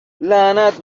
لعنت